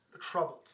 troubled